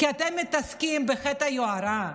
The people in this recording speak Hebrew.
כי אתם מתעסקים בחטא היוהרה,